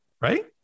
right